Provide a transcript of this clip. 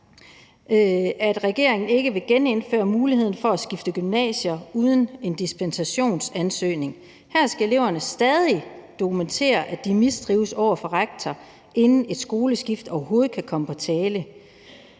at regeringen ikke vil genindføre muligheden for at skifte gymnasium uden en dispensationsansøgning. Her skal eleverne over for rektor stadig dokumentere, at de mistrives, inden et skoleskift overhovedet kan komme på tale.